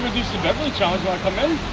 the beverly challenge dre